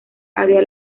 había